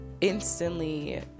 instantly